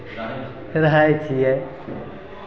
रहै छियै